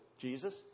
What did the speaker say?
Jesus